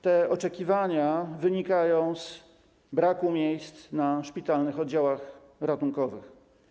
To oczekiwanie wynika z braku miejsc na szpitalnych oddziałach ratunkowych.